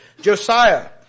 Josiah